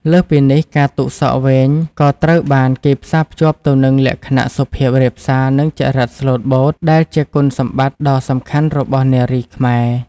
លើសពីនេះ ការទុកសក់វែងក៏ត្រូវបានគេផ្សារភ្ជាប់ទៅនឹង លក្ខណៈសុភាពរាបសារ និងចរិតស្លូតបូត ដែលជាគុណសម្បត្តិដ៏សំខាន់របស់នារីខ្មែរ។